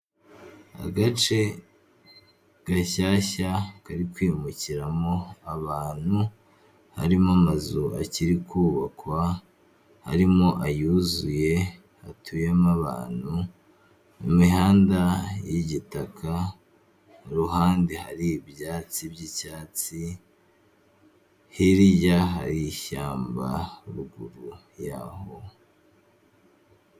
Agace gashyashya kari kwimukiramo ahantu, harimo amazu akiri kubakwa, harimo ayuzuye hatuyemo abantu, mu mihanda y'igitaka, ku ruhande hari ibyatsi by'icyatsi hiya hari ishyamba ruguru yaho.